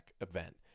event